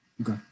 Okay